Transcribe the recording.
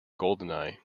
goldeneye